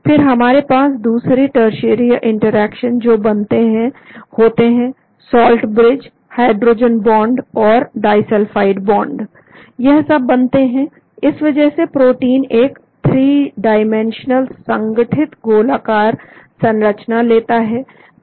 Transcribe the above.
फिर हमारे पास दूसरे टर्शीयरी इंटरेक्शन जो बनते हैं होते हैं साल्ट ब्रिज हाइड्रोजन बॉन्ड और डाईसल्फाइड बॉन्ड यह सब बनते हैं इस वजह से प्रोटीन एक थ्री डाइमेंशनल संगठित गोलाकार संरचना लेता है